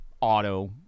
auto